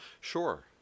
Sure